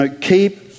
Keep